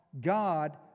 God